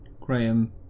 Graham